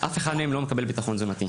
אף אחד מהם לא מקבל ביטחון תזונתי,